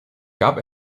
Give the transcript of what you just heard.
gab